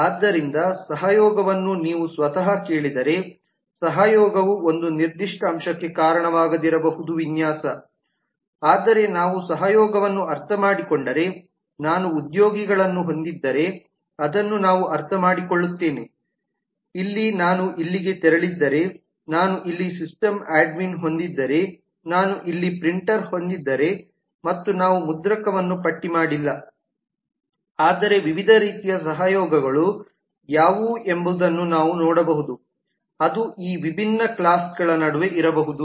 ಆದ್ದರಿಂದ ಸಹಯೋಗವನ್ನು ನೀವು ಸ್ವತಃ ಕೇಳಿದರೆ ಸಹಯೋಗವು ಒಂದು ನಿರ್ದಿಷ್ಟ ಅಂಶಕ್ಕೆ ಕಾರಣವಾಗದಿರಬಹುದು ವಿನ್ಯಾಸ ಆದರೆ ನಾವು ಸಹಯೋಗವನ್ನು ಅರ್ಥಮಾಡಿಕೊಂಡರೆ ನಾನು ಉದ್ಯೋಗಿಗಳನ್ನು ಹೊಂದಿದ್ದರೆ ಅದನ್ನು ನಾವು ಅರ್ಥಮಾಡಿಕೊಳ್ಳುತ್ತೇವೆ ಇಲ್ಲಿ ನಾನು ಇಲ್ಲಿಗೆ ತೆರಳಿದ್ದರೆ ನಾನು ಇಲ್ಲಿ ಸಿಸ್ಟಮ್ ಅಡ್ಮಿನ್ ಹೊಂದಿದ್ದರೆ ನಾನು ಇಲ್ಲಿ ಪ್ರಿಂಟರ್ ಹೊಂದಿದ್ದರೆ ಮತ್ತು ನಾವು ಮುದ್ರಕವನ್ನು ಪಟ್ಟಿ ಮಾಡಿಲ್ಲ ಆದರೆ ವಿವಿಧ ರೀತಿಯ ಸಹಯೋಗಗಳು ಯಾವುವು ಎಂಬುದನ್ನು ನಾವು ನೋಡಬಹುದು ಅದು ಈ ವಿಭಿನ್ನ ಕ್ಲಾಸ್ಗಳ ನಡುವೆ ಇರಬಹುದು